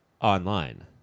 online